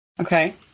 Okay